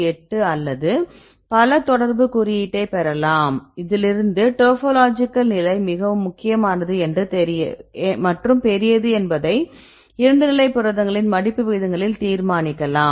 8 அல்லது பல தொடர்பு குறியீட்டைப் பெறலாம் இதிலிருந்து டோபோலாஜிக்கல் நிலை மிகவும் முக்கியமானது மற்றும் பெரியது என்பதை 2 நிலை புரதங்களின் மடிப்பு விகிதங்களில் தீர்மானிக்கலாம்